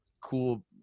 cool